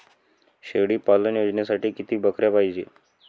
शेळी पालन योजनेसाठी किती बकऱ्या पायजे?